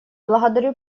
благодарю